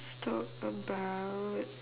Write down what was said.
talk about